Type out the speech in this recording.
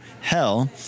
hell